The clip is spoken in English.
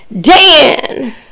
Dan